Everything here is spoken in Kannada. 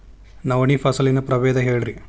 ನವಣಿ ಫಸಲಿನ ಪ್ರಭೇದ ಹೇಳಿರಿ